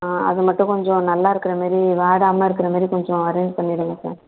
ஆ அது மட்டும் கொஞ்சம் நல்லா இருக்கிற மாதிரி வாடாமல் இருக்கிற மாதிரி கொஞ்சம் அரேஞ் பண்ணிவிடுங்க சார்